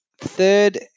third